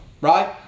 Right